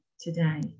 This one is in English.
today